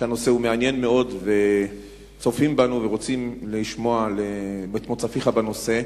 שהנושא מעניין מאוד וצופים בנו ורוצים לשמוע את מוצא פיך בנושא,